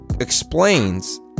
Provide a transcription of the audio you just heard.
explains